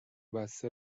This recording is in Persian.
بسته